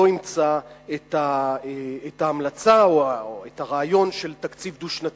אימצו את ההמלצה או את הרעיון של תקציב דו-שנתי.